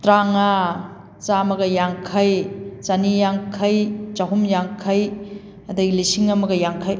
ꯇ꯭ꯔꯥꯃꯉꯥ ꯆꯥꯝꯃꯒ ꯌꯥꯡꯈꯩ ꯆꯅꯤ ꯌꯥꯡꯈꯩ ꯆꯍꯨꯝ ꯌꯥꯡꯈꯩ ꯑꯗꯒꯤ ꯂꯤꯁꯤꯡ ꯑꯃꯒ ꯌꯥꯡꯈꯩ